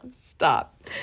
Stop